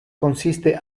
consiste